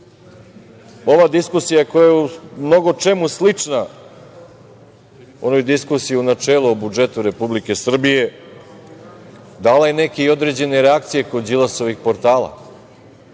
diskusija koja je u mnogo čemu slična onoj diskusiji u načelu o budžetu Republike Srbije dala je neke određene reakcije kod Đilasovih portala.